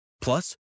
Plus